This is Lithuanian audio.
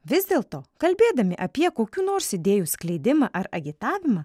vis dėlto kalbėdami apie kokių nors idėjų skleidimą ar agitavimą